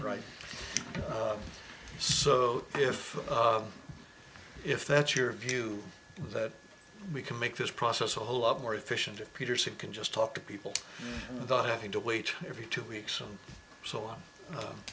right so if if that's your view that we can make this process a whole lot more efficient peterson can just talk to people without having to wait every two weeks and so